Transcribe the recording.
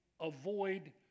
avoid